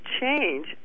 change